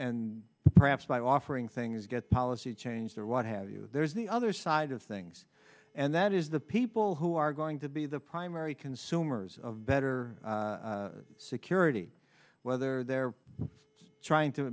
perhaps by offering things get policy changed or what have you there's the other side of things and that is the people who are going to be the primary consumers of better security whether they're trying to